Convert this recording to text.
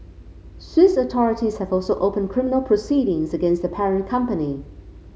Swiss authorities have also opened criminal proceedings against the parent company